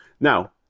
Now